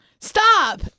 Stop